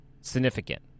Significant